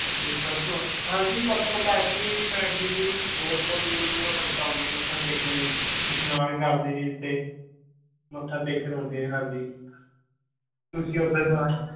ਅੱਛਾ ਜੀ ਪਰਸੋਂ ਆਉਣਾ ਹਾਂਜੀ ਪਰਸੋਂ ਪੈਚਵੀਂ ਜੀ ਪੈਚਵੀਂ 'ਤੇ ਵੀ ਬਹੁਤ ਬਹੁਤ ਦੂਰੋਂ ਦੂਰੋਂ ਸੰਗਤਾਂ ਆਉਂਦੀਆਂ ਮੱਥਾ ਟੇਕਣ ਜੀ ਇਸ਼ਨਾਨ ਕਰਦੇ ਨੇ ਇੱਥੇ ਮੱਥਾ ਟੇਕਣ ਆਉਂਦੇ ਆ ਹਾਂਜੀ ਤੁਸੀਂ ਉਸ ਦਿਨ ਆਉਣਾ